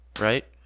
right